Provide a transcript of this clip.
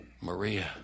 Maria